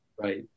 Right